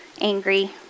angry